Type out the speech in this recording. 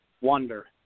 wonder